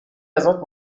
ازت